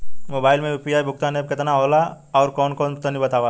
Mobile म UPI भुगतान app केतना होला आउरकौन कौन तनि बतावा?